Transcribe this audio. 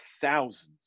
thousands